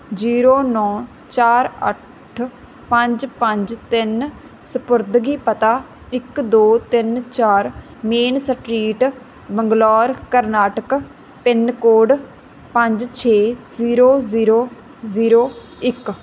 zero ਨੌਂ ਚਾਰ ਅੱਠ ਪੰਜ ਪੰਜ ਤਿੰਨ ਸਪੁਰਦਗੀ ਪਤਾ ਇੱਕ ਦੋ ਤਿੰਨ ਚਾਰ main street Bangalore Karnataka pin code ਪੰਜ ਛੇ ਜ਼ੀਰੋ ਜ਼ੀਰੋ ਜ਼ੀਰੋ ਇੱਕ